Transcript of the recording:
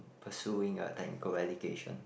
pursuing a technical education